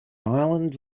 island